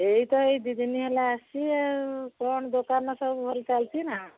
ଏଇ ତ ଏଇ ଦୁଇ ଦିନ ହେଲା ଆସିଛି ଆଉ କ'ଣ ଦୋକାନ ସବୁ ଭଲ ଚାଲିଛି ନା